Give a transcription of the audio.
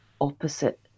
opposite